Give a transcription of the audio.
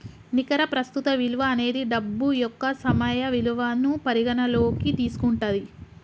నికర ప్రస్తుత విలువ అనేది డబ్బు యొక్క సమయ విలువను పరిగణనలోకి తీసుకుంటది